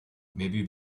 maybe